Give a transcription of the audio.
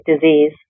disease